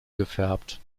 gefärbt